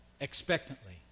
expectantly